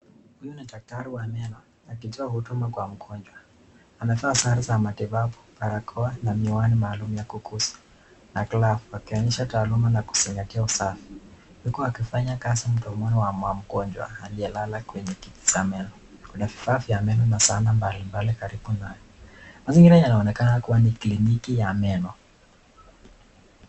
Huyu ni daktari wa meno akitoa huduma kwa mgonjwa akivaa sare za matibabu barakoa, na miwani maalum ya na glavu akionyesha taaluma na kuzingatia usafi uku akifanya kazi mdomoni wa mgonjwa aliye lala kwenye kiti cha meno kuna vifaa vya meno na saana mbali mbali karibu na. Mazingira yanaonekana ni kliniki ya meno.